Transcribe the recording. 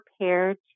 prepared